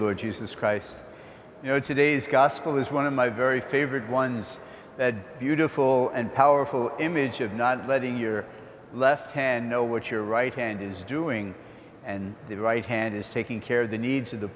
lord jesus christ you know today's gospel is one of my very favorite ones the beautiful and powerful image of not letting your left hand know what your right hand is doing and the right hand is taking care of the needs of the